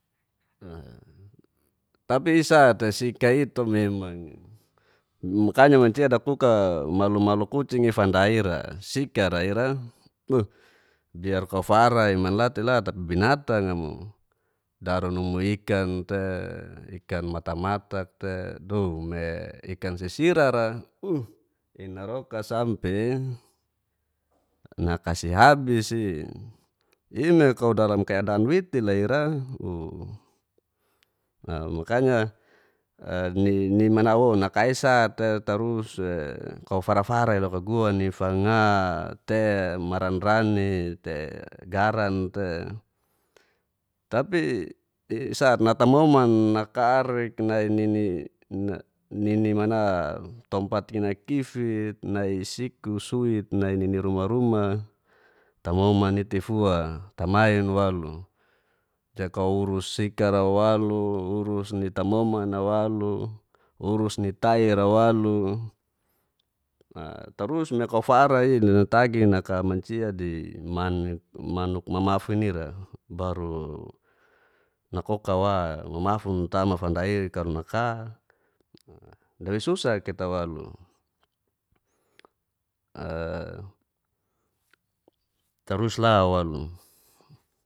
tapi i'sate sika i'to memang makanya mncia dakuk malu malu kucing'i fanda ira, sukara ira beh biar kau fara'i manlatela tapi binatng'a mo daru numu ikan te ikan matamatak te dou me ikan sisirara uh inaroka sampe nakasihabisi ime kau dalam kadan witil'a ira boh, makanya nimanawou naka i'ste tarus kau farafarai loka guani fanga te maranrani te garan te tapi isate natamona nakarik nai nini tompat kinakifit, nai siku suit nai nini ruma ruma, tamoman itefu tamain walu jakau urus sikar'a walu urus ni tamoman'a walu urus ni taira wlu tarus me kaufara' le natagi naka mancia di manuk mamafun ira baru nakoka wa mamafun tama fanda'i kalo naka dawei susa kita walu tarus lawalu.